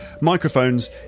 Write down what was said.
microphones